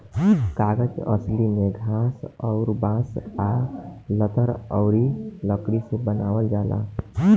कागज असली में घास अउर बांस आ लतर अउरी लकड़ी से बनावल जाला